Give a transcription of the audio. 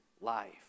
life